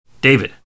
David